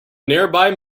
nearby